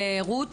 לרות